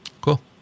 cool